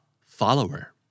follower